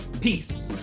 Peace